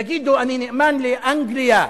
יגידו: אני נאמן לאנגליה,